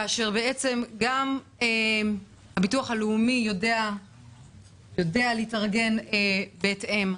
כאשר גם הביטוח הלאומי יודע להתארגן בהתאם,